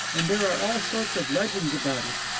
and there are all sorts of legends about it.